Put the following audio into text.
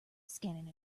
scanning